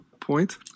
Point